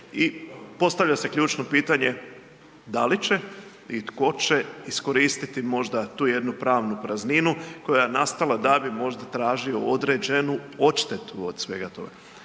i postavlja se ključno pitanje. Da li će i tko će iskoristiti možda tu jednu pravnu prazninu koja je nastala da bi možda tražio određenu odštetu od svega toga?